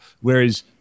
Whereas